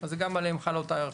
אז גם עליהם חלה אותה היערכות.